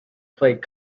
played